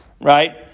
right